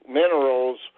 minerals